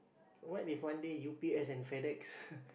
what if one day u_p_s and Fedex